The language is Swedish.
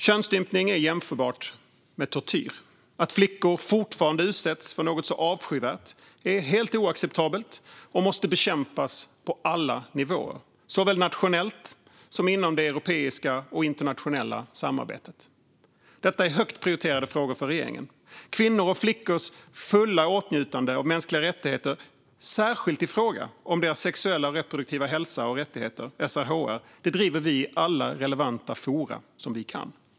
Könsstympning är jämförbart med tortyr. Att flickor fortfarande utsätts för något så avskyvärt är helt oacceptabelt och måste bekämpas på alla nivåer, såväl nationellt som inom det europeiska och internationella samarbetet. Detta är högt prioriterade frågor för regeringen. Kvinnors och flickors fulla åtnjutande av mänskliga rättigheter, särskilt i fråga om deras sexuella och reproduktiva hälsa och rättigheter, SRHR, driver vi i alla relevanta forum vi kan.